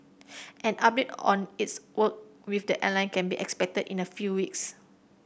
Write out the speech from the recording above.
an update on its work with the airline can be expected in a few weeks